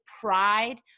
pride